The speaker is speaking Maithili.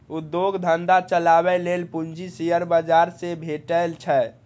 उद्योग धंधा चलाबै लेल पूंजी शेयर बाजार सं भेटै छै